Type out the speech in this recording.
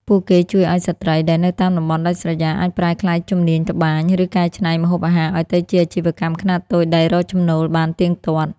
ពួកគេជួយឱ្យស្រ្តីដែលនៅតាមតំបន់ដាច់ស្រយាល អាចប្រែក្លាយជំនាញត្បាញ ឬកែច្នៃម្ហូបអាហារឱ្យទៅជាអាជីវកម្មខ្នាតតូចដែលរកចំណូលបានទៀងទាត់។